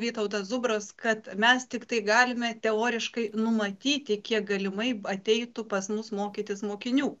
vytautas zubras kad mes tiktai galime teoriškai numatyti kiek galimai ateitų pas mus mokytis mokinių